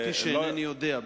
אמרתי שאינני יודע.